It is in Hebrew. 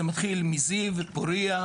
זה מתחיל מזיו ופורייה,